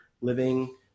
living